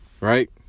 Right